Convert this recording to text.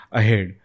ahead